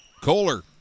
Kohler